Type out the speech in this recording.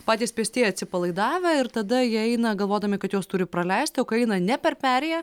patys pėstieji atsipalaidavę ir tada jie eina galvodami kad juos turi praleisti o kai eina ne per perėją